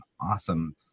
awesome